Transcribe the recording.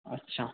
আচ্ছা